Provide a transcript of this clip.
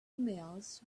mills